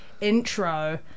intro